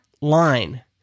line